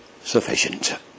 sufficient